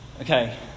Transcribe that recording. Okay